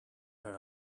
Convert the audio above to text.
her